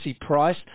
Price